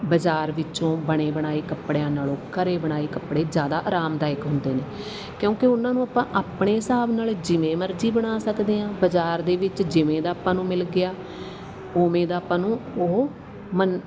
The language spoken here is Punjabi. ਬਾਜ਼ਾਰ ਵਿੱਚੋਂ ਬਣੇ ਬਣਾਏ ਕੱਪੜਿਆਂ ਨਾਲੋਂ ਘਰ ਬਣਾਏ ਕੱਪੜੇ ਜ਼ਿਆਦਾ ਆਰਾਮਦਾਇਕ ਹੁੰਦੇ ਨੇ ਕਿਉਂਕਿ ਉਹਨਾਂ ਨੂੰ ਆਪਾਂ ਆਪਣੇ ਹਿਸਾਬ ਨਾਲ ਜਿਵੇਂ ਮਰਜ਼ੀ ਬਣਾ ਸਕਦੇ ਹਾਂ ਬਾਜ਼ਾਰ ਦੇ ਵਿੱਚ ਜਿਵੇਂ ਦਾ ਆਪਾਂ ਨੂੰ ਮਿਲ ਗਿਆ ਉਵੇਂ ਦਾ ਆਪਾਂ ਨੂੰ ਉਹ ਮੰਨ